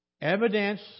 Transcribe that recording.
Evidence